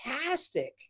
Fantastic